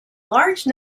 large